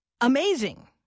amazing